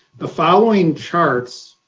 the following charts,